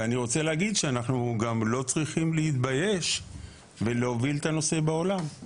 אנחנו גם לא צריכים להתבייש בהובלת הנושא בעולם.